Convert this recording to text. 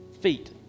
feet